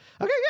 Okay